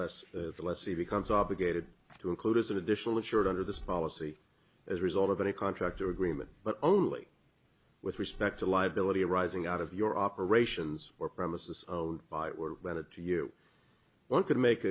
the less he becomes obligated to include as an additional insured under this policy as a result of any contract or agreement but only with respect to liability arising out of your operations or premises by were wedded to you one could make